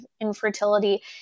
infertility